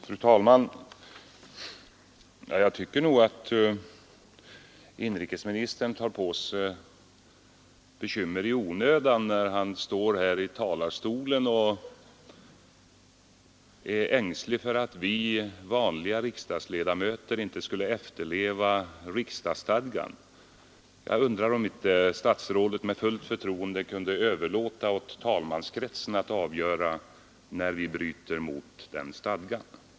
Fru talman! Jag tycker nog att inrikesministern tar på sig bekymmer i onödan när han står här i talarstolen och säger att han är ängslig för att vi vanliga riksdagsmän inte skulle efterleva riksdagsstadgan. Jag undrar om inte statsrådet Holmqvist med fullt förtroende kan överlåta åt talmanskretsen att avgöra när vi bryter mot den stadgan.